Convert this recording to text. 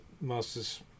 Master's